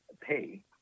pay